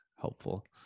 helpful